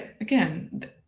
again